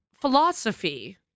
philosophy